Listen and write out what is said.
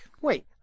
Wait